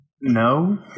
No